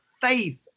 faith